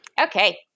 Okay